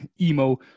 emo